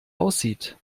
aussieht